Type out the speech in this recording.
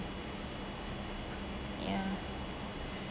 ya